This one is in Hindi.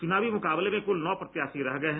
चुनावी मुकाबले में कुल नौ प्रत्याशी रह गये हैं